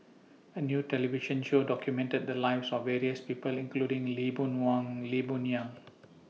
A New television Show documented The Lives of various People including Lee Boon Wang Lee Boon Yang